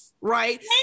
right